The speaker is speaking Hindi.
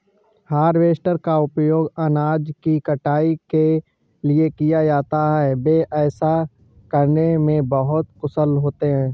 हार्वेस्टर का उपयोग अनाज की कटाई के लिए किया जाता है, वे ऐसा करने में बहुत कुशल होते हैं